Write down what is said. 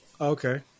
Okay